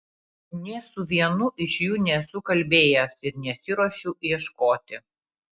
nė su vienu iš jų nesu kalbėjęs ir nesiruošiu ieškoti